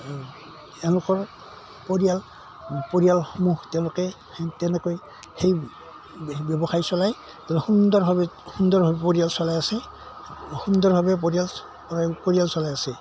এওঁলোকৰ পৰিয়াল পৰিয়ালসমূহ তেওঁলোকে তেনেকৈ সেই ব্যৱসায় চলাই তেওঁ সুন্দৰভাৱে সুন্দৰভাৱে পৰিয়াল চলাই আছে সুন্দৰভাৱে পৰিয়াল চলাই পৰিয়াল চলাই আছে